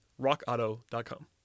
rockauto.com